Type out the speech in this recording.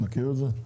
מכיר את זה?